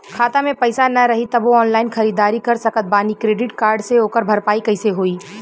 खाता में पैसा ना रही तबों ऑनलाइन ख़रीदारी कर सकत बानी क्रेडिट कार्ड से ओकर भरपाई कइसे होई?